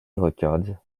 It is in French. records